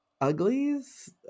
uglies